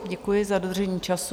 Děkuji za dodržení času.